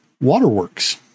Waterworks